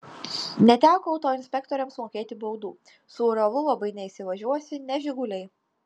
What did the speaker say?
neteko autoinspektoriams mokėti baudų su uralu labai neįsivažiuosi ne žiguliai